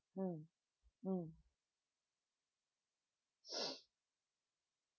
mm mm